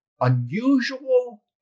unusual